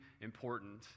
important